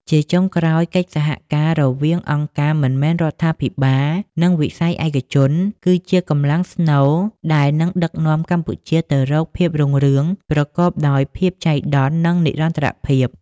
ជាចុងក្រោយ កិច្ចសហការរវាងអង្គការមិនមែនរដ្ឋាភិបាល និងវិស័យឯកជន គឺជាកម្លាំងស្នូលដែលនឹងដឹកនាំកម្ពុជាទៅរកភាពរុងរឿងប្រកបដោយភាពចៃដន្យ និងនិរន្តរភាព។